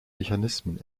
mechanismen